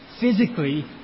physically